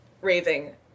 raving